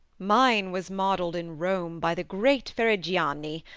mine was modelled in rome by the great ferrigiani.